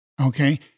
okay